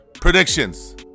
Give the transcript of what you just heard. Predictions